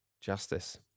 Justice